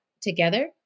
together